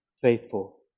faithful